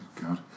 God